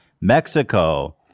Mexico